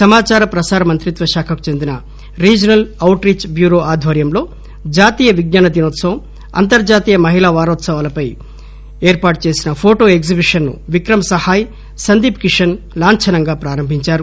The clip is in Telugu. సమాచార ప్రసార మంత్రిత్వ శాఖకు చెందిన రీజినల్ ఔట్ రీచ్ బ్యూరో ఆధ్వర్యంలో జాతీయ విజ్ఞాన దినోత్సవం అంతర్ణాతీయ మహిళా వారంపై ఏర్పాటు చేసిన ఫోటో ఎగ్లిబిషన్ ను విక్రమ్ సహాయ్ సందీప్ కిషన్ లాంఛనంగా ప్రారంభించారు